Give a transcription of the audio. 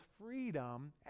freedom